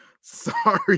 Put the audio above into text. Sorry